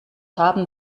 haben